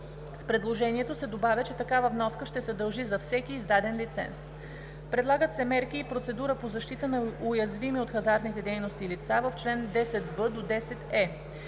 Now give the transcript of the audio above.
С предложението се добавя, че такава вноска ще се дължи за всеки издаден лиценз. Предлагат се мерки и процедура по защита на уязвими от хазартните дейности лица в чл. 10б до 10е.